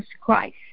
Christ